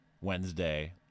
Wednesday